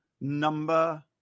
number